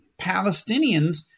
Palestinians